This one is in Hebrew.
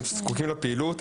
הם זקוקים לפעילות,